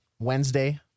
Wednesday